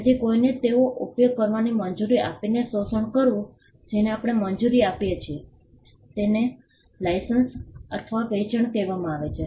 તેથી કોઈને તેનો ઉપયોગ કરવાની મંજૂરી આપીને શોષણ કરવું જેને આપણે મંજૂરી આપીએ છીએ તેને લાઇસન્સ અથવા વેચાણ કહેવામાં આવે છે